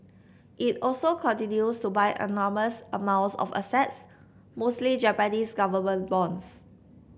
it also continues to buy enormous amounts of assets mostly Japanese government bonds